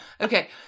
Okay